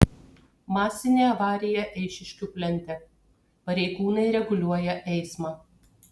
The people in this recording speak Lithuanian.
masinė avarija eišiškių plente pareigūnai reguliuoja eismą